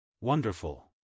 Wonderful